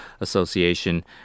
Association